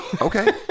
Okay